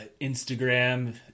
Instagram